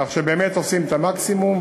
כך שבאמת עושים את המקסימום,